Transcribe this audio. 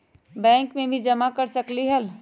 Bank में भी जमा कर सकलीहल?